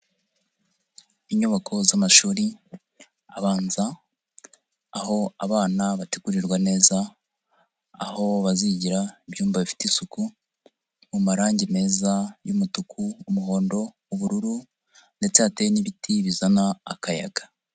Inyubako z'amashuri abanza, aho abana bategurirwa neza aho bazigira, ibyumba bifite isuku mu marangi meza y'umutuku, umuhondo, ubururu ndetse hateye n'ibiti bizana akayaga.